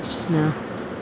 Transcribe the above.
ya